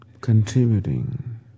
contributing